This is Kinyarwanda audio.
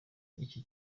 icyo